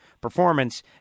performance